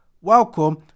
Welcome